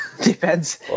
depends